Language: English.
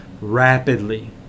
rapidly